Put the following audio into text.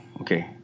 Okay